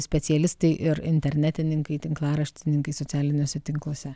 specialistai ir internetininkai tinklaraštininkai socialiniuose tinkluose